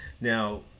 Now